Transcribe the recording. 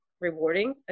rewarding